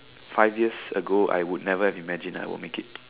five years ago I would never have imagined I would make it